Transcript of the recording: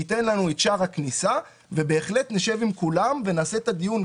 שייתן לנו את שער הכניסה ובהחלט נשב עם כולם ונעשה דיון,